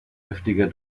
heftiger